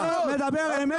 אתה לא מדבר אמת.